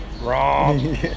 Wrong